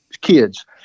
kids